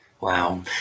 Wow